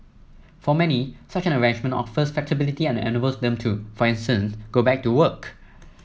for many such an arrangement offers flexibility and enables them to for instance go back to work